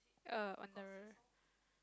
err on the